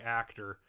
actor